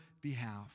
behalf